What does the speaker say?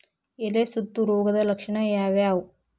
ಎಲೆ ಸುತ್ತು ರೋಗದ ಲಕ್ಷಣ ಯಾವ್ಯಾವ್?